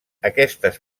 aquestes